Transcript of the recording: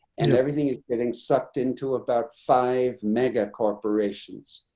and everything is getting sucked into about five mega corporations.